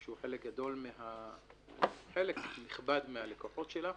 שהוא חלק נכבד מהלקוחות שלה,